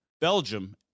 Belgium